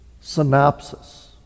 synopsis